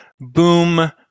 boom